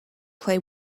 play